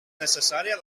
necessària